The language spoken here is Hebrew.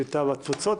הקליטה והתפוצות?